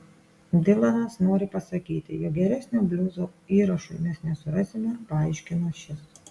dilanas nori pasakyti jog geresnio bliuzo įrašui mes nesurasime paaiškino šis